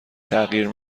تغییر